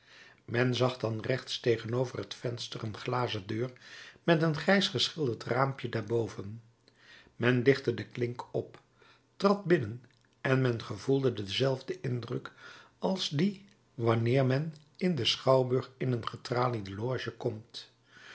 men zag dan rechts tegenover het venster een glazen deur met een grijs geschilderd raampje daarboven men lichtte de klink op trad binnen en men gevoelde denzelfden indruk als dien wanneer men in den schouwburg in een getraliede loge komt